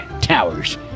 Towers